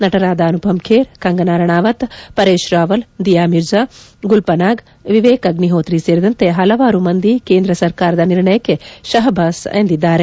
ನಟರಾದ ಅನುಪಮ್ ಖೇರ್ ಕಂಗನಾ ರಣಾವತ್ ಪರೇಶ್ ರಾವಲ್ ದಿಯಾ ಮಿರ್ಜಾ ಗುಲ್ ಪನಾಗ್ ವಿವೇಕ್ ಅಗ್ಡಿಹೋತ್ರಿ ಸೇರಿದಂತೆ ಹಲವಾರು ಮಂದಿ ಕೇಂದ್ರ ಸರಕಾರದ ನಿರ್ಣಯಕ್ಕೆ ಶಹಬ್ಬಾಸ್ ಎಂದಿದ್ದಾರೆ